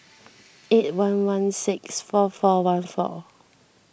eight one one six four four one four